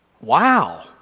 Wow